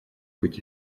быть